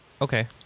okay